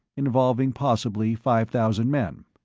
involving possibly five thousand men.